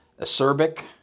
acerbic